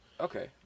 Okay